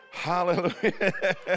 Hallelujah